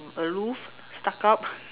aloof stuck up